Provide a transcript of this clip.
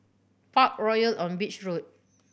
Parkroyal on Beach Road